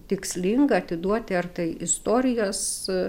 tikslinga atiduoti ar tai istorijos